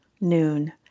noon